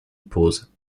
pose